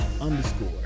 underscore